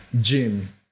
gym